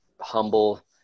humble